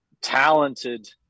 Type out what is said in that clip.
talented